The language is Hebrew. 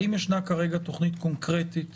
האם ישנה כרגע תוכנית קונקרטית